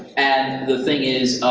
and the thing is,